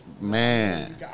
Man